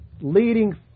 leading